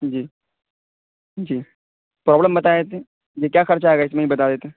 جی جی پروبلم بتا دیتے جی کیا خرچہ آئے گا اس میں یہ بتا دیتے